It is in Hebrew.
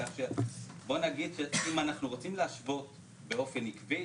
בוא נגיד שאם אנחנו רוצים להשוות באופן עקבי,